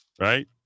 right